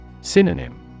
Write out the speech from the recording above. Synonym